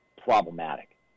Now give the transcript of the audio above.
problematic